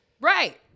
right